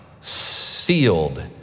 sealed